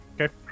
Okay